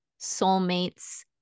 soulmates